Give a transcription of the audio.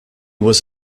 was